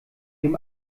dem